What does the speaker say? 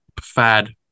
fad